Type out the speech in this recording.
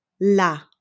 la